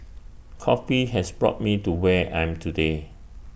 coffee has brought me to where I'm today